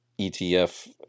ETF